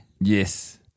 Yes